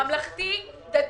ממלכתי, דתי,